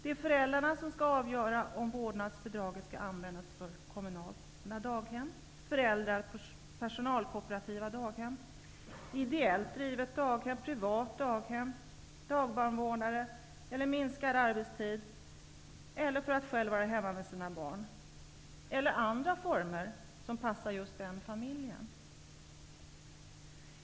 Det är föräldrarna som skall avgöra om vårdnadsbidraget skall användas till kommunalt daghem, till föräldra eller personalkooperativt daghem, till ideellt drivet daghem, till privat daghem, till dagbarnvårdare, till att minska sin arbetstid eller för att själva vara hemma med sina barn. De kan också välja andra former som passar just den egna familjen.